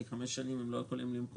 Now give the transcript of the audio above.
כי במשך חמש שנים הם לא יכולים למכור,